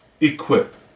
equip